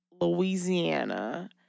Louisiana